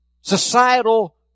societal